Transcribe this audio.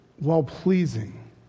well-pleasing